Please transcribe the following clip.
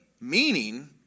Meaning